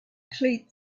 cleat